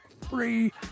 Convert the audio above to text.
three